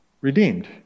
redeemed